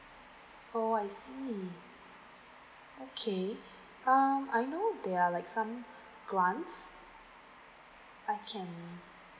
oh I see okay um I know they are like some grants I can